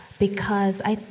because i,